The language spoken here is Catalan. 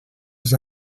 has